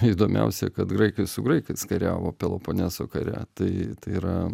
įdomiausia kad graikai su graikais kariavo peloponeso kare tai tai yra